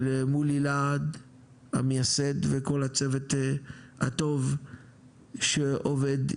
ולמולי להד המייסד וכל הצוות הטוב שעובד עימו.